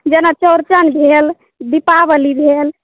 जेना चौड़चन भेल दीपावली भेल